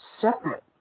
separate